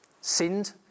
sinned